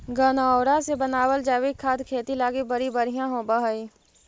गनऔरा से बनाबल जैविक खाद खेती लागी बड़ी बढ़ियाँ होब हई